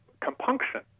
compunction